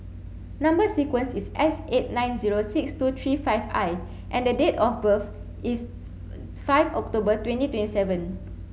number sequence is S eight nine zero six two three five I and date of birth is five October twenty twenty seven